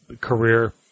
career